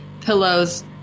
pillows